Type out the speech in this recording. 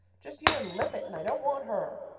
just you and lippett, and i don't want her.